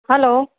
hello